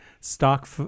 stock